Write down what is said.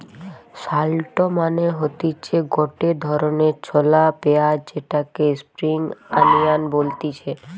shallot মানে হতিছে গটে ধরণের ছলা পেঁয়াজ যেটাকে স্প্রিং আনিয়ান বলতিছে